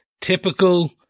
typical